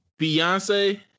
Beyonce